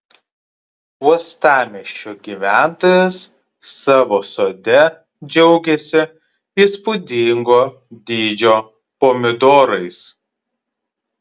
uostamiesčio gyventojas savo sode džiaugiasi įspūdingo dydžio pomidorais